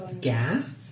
Gas